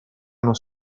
hanno